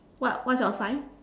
what what's your sign